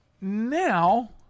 now